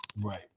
Right